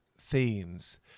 themes